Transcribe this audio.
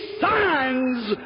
signs